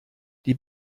die